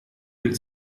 del